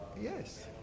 Yes